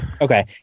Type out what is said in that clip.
Okay